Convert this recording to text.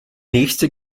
nächste